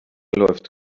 läuft